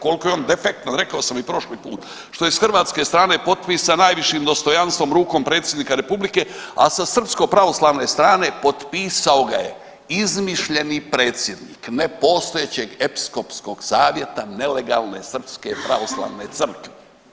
Kolko je on defektan rekao sam i prošli put što je s hrvatske strane potpisan najvišim dostojanstvom rukom predsjednika republike, a sa srpsko pravoslavne strane potpisao ga je izmišljeni predsjednik nepostojećeg episkopskog savjeta nelegalne Srpske pravoslavne crkve.